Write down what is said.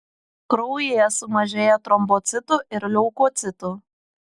kraujyje sumažėja trombocitų ir leukocitų